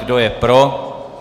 Kdo je pro?